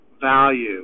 value